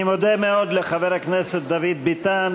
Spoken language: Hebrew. אני מודה מאוד לחבר הכנסת דוד ביטן,